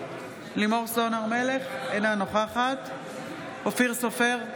מלך, אינה נוכחת אופיר סופר,